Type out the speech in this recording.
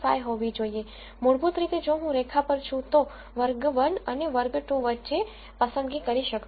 5 હોવી જોઈએ મૂળભૂત રીતે જો હું રેખા પર છું તો હું વર્ગ 1 અને વર્ગ 2 વચ્ચે પસંદગી કરી શકતો નથી